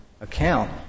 account